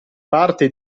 parte